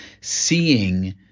seeing